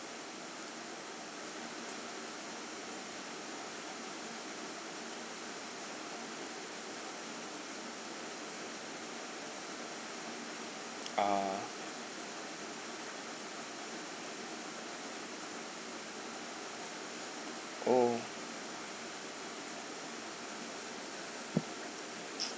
ah oh